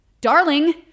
Darling